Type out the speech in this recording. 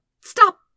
Stop